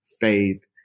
faith